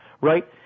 right